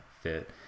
fit